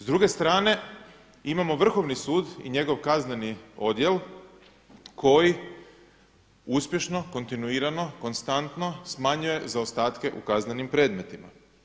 S druge strane, imamo Vrhovni sud i njegov kazneni odjel koji uspješno, kontinuirano, konstantno smanjuje zaostatke u kaznenim predmetima.